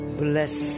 bless